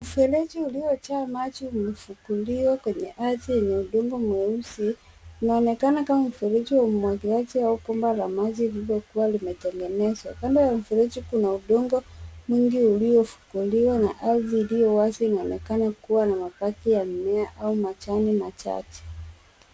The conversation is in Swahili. Mfereji uliojaa maji umefukuliwa kwenye ardhi yenye udongo mweusi unaonekana kama mfereji wa umwagiliaji au bomba la maji lililokuwa limetengenezwa. Kando ya mfereji kuna udongo mwingi uliofukuliwa na ardhi iliyo wazi inaonekana kuwa na mabaki ya mimea na majani machache.